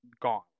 gone